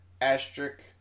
Asterisk